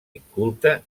inculte